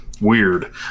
Weird